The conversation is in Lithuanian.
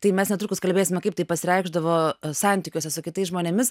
tai mes netrukus kalbėsime kaip tai pasireikšdavo santykiuose su kitais žmonėmis